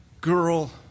girl